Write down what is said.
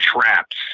traps